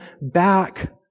back